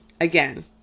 again